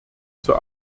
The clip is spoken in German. zur